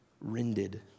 rended